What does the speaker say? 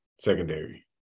secondary